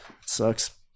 Sucks